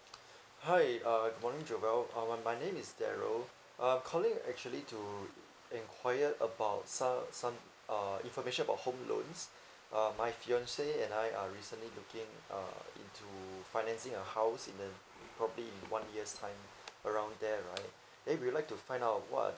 hi uh good morning jovelle uh my my name is daryl uh calling actually to enquire about some some uh information about home loans uh my fiancee and l are recently looking uh into financing a house in a probably in one year's time around there right then we would like to find out what are